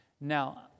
Now